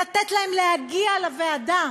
לתת להם להגיע לוועדה,